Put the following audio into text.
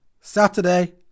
Saturday